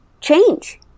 Change